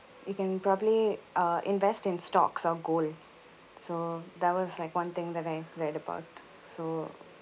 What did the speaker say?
you can probably uh invest in stocks or gold so that was like one thing that I read about so